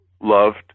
loved